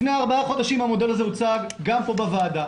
לפני 4 חודשים המודל הזה הוצג גם פה בוועדה.